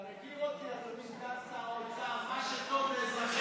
ההצעה להעביר את הצעת חוק הביטוח הלאומי (הוראת שעה,